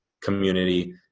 community